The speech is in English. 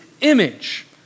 image